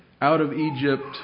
out-of-Egypt